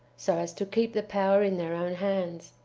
so as to keep the power in their own hands.